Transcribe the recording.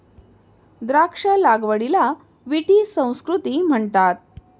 द्राक्ष लागवडीला विटी संस्कृती म्हणतात